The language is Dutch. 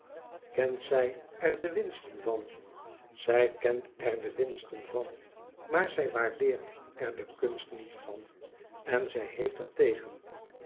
kent zij er de winsten van zij kent er de winsten van maar zij waardeert er de kunst niet van en zij heeft er tegen